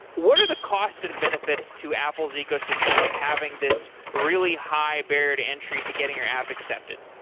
what are the costs and benefits to apple's ecosystem of having this really high barrier to entry to getting your app excepted?